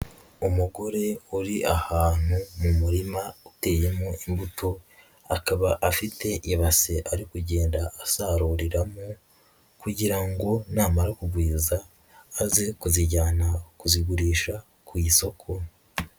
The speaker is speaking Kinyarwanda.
Umugore uri ahantu mu murima uteyemo imbuto, akaba afite ibase ari kugenda asaruriramo, kugira ngo namara kugwiza aze kuzijyana kuzigurisha ku isoko.